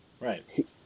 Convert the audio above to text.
right